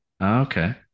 okay